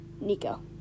Nico